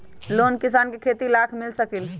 Loan किसान के खेती लाख मिल सकील?